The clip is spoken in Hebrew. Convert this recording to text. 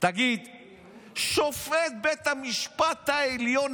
שופט בית המשפט העליון,